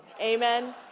Amen